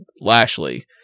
Lashley